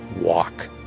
walk